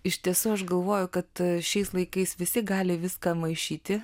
iš tiesų aš galvoju kad šiais laikais visi gali viską maišyti